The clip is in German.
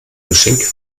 geschenk